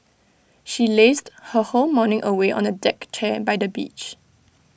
she lazed her whole morning away on A deck chair by the beach